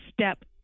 step